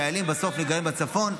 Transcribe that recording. חיילים שגרים בצפון,